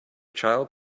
child